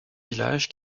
village